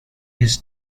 his